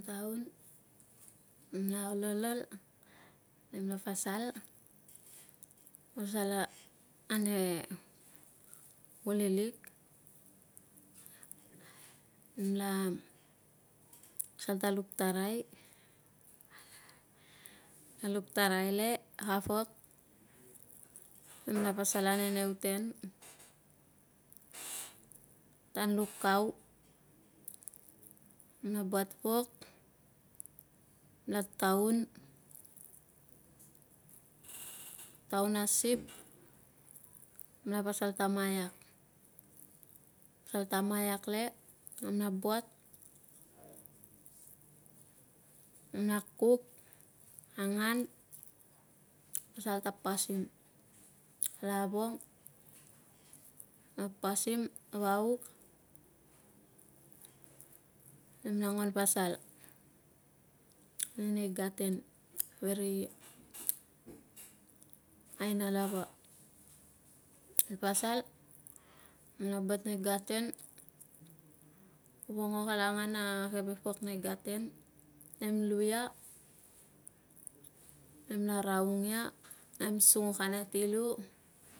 Taun neem la ol ol nemla pasal pasal ane kulilik nem la pasal ta luk tarai luk tarai le papok nem la pasal ane nei uten tan luk kau no buat pok na taun taun a sip na pasal ta maiak pasal ta maiak le nan la buat nem ka kuk angan pasal ta pasim kala vong no pasim vauk nem languan pasal ane nei garten veri ai na lava pasal nemla buat nei garten vongo kalangan a kevepok nei garten nem lui nem la raung ia nem sunguk ane ti lu